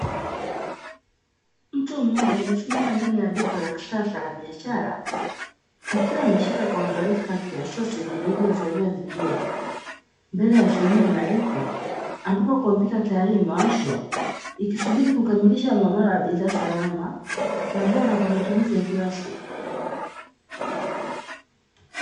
Mtu mmoja amesimama ndani ya duka la kisasa la biashara, akiwa ameshika kwa uangalifu paketi ya soseji zilizohifadhiwa vizuri mbele ya sehemu ya malipo, ambapo kompyuta tayari imewashwa ikisubiri kukamilisha muamala wa bidhaa salama na bora kwa matumizi ya kila siku.